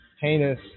heinous